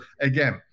again